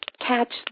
catch